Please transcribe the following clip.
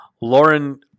Lauren